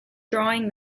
drawing